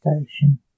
station